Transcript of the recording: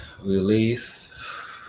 release